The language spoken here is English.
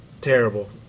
terrible